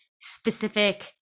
specific